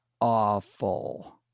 awful